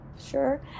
Sure